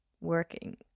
working